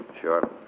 Sure